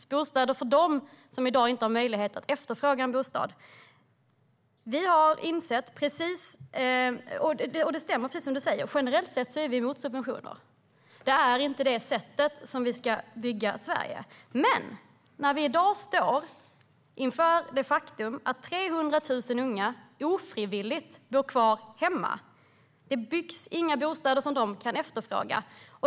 Det är bostäder för dem som i dag inte har möjlighet att efterfråga en bostad. Det som du säger stämmer precis: Generellt sett är vi emot subventioner. Det är inte på det sättet vi ska bygga Sverige. Men i dag står vi inför det faktum att 300 000 unga ofrivilligt bor kvar hemma. Det byggs inga bostäder som de kan efterfråga.